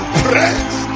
praise